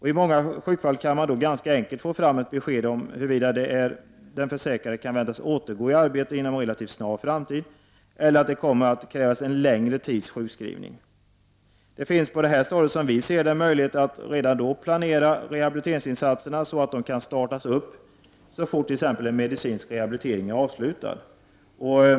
I många sjukdomsfall kan man då ganska enkelt få fram ett besked om huruvida den försäkrade kan väntas återgå i arbete inom en relativt snar framtid eller om det kommer att krävas en längre tids sjukskrivning. Det finns redan på det här stadiet, som vi ser det, möjligheter att planera rehabiliteringsinsatserna, så att de kan startas så fort t.ex. en medicinsk rehabilitering är avslutad.